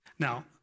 Now